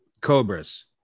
cobras